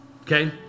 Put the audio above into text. Okay